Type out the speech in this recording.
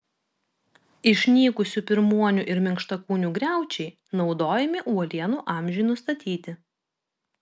išnykusių pirmuonių ir minkštakūnių griaučiai naudojami uolienų amžiui nustatyti